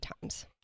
times